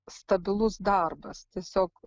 stabilus darbas tiesiog